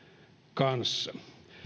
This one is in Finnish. kanssa